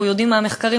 אנחנו יודעים מהמחקרים,